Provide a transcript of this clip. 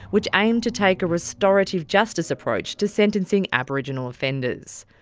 which aim to take a restorative justice approach to sentencing aboriginal offenders.